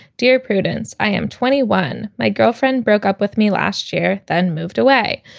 dear prudence, i am twenty one. my girlfriend broke up with me last year, then moved away.